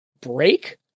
break